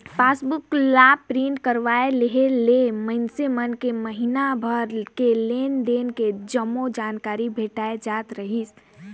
passbook ला print करवाये लेहे ले मइनसे मन के महिना भर के लेन देन के जम्मो जानकारी भेटाय जात रहीस